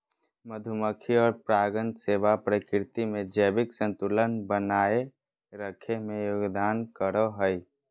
मधुमक्खी और परागण सेवा प्रकृति में जैविक संतुलन बनाए रखे में योगदान करो हइ